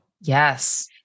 Yes